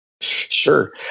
Sure